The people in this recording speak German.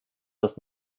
das